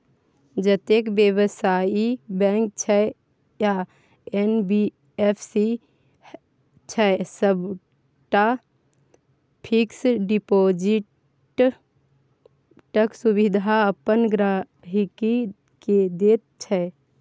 जतेक बेबसायी बैंक छै या एन.बी.एफ.सी छै सबटा फिक्स डिपोजिटक सुविधा अपन गांहिकी केँ दैत छै